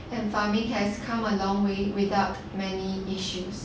and farming has come a long way without many issues